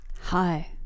Hi